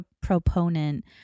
proponent